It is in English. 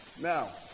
Now